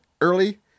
early